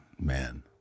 Man